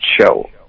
show